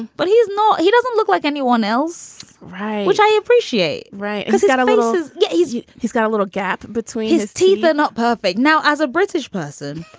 but he's not he doesn't look like anyone else. right. which i appreciate. right. because he got a little get easy. he's got a little gap between his teeth. not perfect. now as a british person,